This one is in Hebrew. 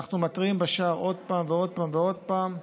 אנחנו מתריעים בשער עוד פעם ועוד פעם ועוד פעם.